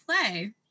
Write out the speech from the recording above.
play